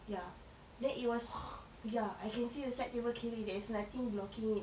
ya then it was ya I can see the side table clearly there is nothing it